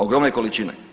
Ogromne količine.